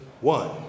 one